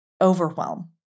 overwhelm